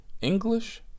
English